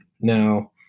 now